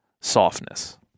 softness